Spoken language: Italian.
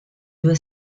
due